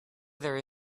there